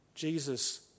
Jesus